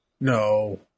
No